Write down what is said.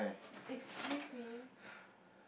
excuse me